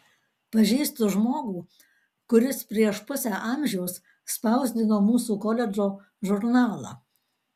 pažįstu žmogų kuris prieš pusę amžiaus spausdino mūsų koledžo žurnalą